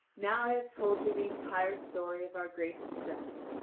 now i have told you the entire story of our great distress.